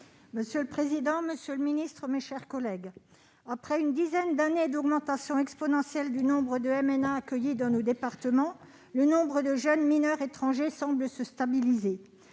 Annick Jacquemet. Monsieur le secrétaire d'État, après une dizaine d'années d'augmentation exponentielle du nombre de MNA accueillis dans nos départements, le nombre de jeunes mineurs étrangers semble se stabiliser.